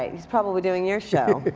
ah he's probably doing your show.